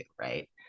right